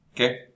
Okay